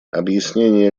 объяснение